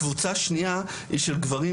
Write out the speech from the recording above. קבוצה שנייה היא של גברים,